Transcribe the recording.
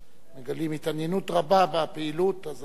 מגלים התעניינות רבה בפעילות, אז אנחנו היינו